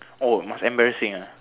oh must embarrassing ah